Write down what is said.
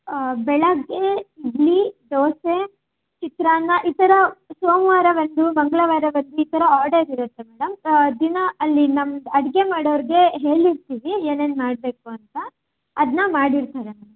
ಬೆಳಗ್ಗೆ ಇಡ್ಲಿ ದೋಸೆ ಚಿತ್ರಾನ್ನ ಈ ಥರ ಸೋಮವಾರ ಒಂದು ಮಂಗಳವಾರ ಒಂದು ಈ ಥರ ಆರ್ಡರ್ ಇರತ್ತೆ ದಿನ ಅಲ್ಲಿ ನಮ್ಮ ಅಡಿಗೆ ಮಾಡೋರಿಗೆ ಹೇಳಿರ್ತೀವಿ ಏನೇನು ಮಾಡಬೇಕು ಅಂತ ಅದನ್ನ ಮಾಡಿರ್ತಾರೆ ಮ್ಯಾಮ್